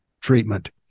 treatment